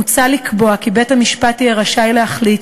מוצע לקבוע כי בית-המשפט יהיה רשאי להחליט,